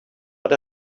but